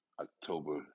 October